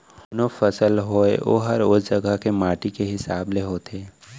कोनों फसल होय ओहर ओ जघा के माटी के हिसाब ले होथे